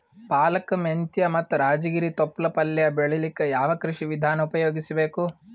ಪಾಲಕ, ಮೆಂತ್ಯ ಮತ್ತ ರಾಜಗಿರಿ ತೊಪ್ಲ ಪಲ್ಯ ಬೆಳಿಲಿಕ ಯಾವ ಕೃಷಿ ವಿಧಾನ ಉಪಯೋಗಿಸಿ ಬೇಕು?